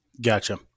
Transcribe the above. gotcha